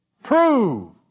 Prove